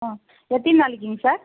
ஆ எத்தினி நாளைக்குங்க சார்